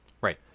Right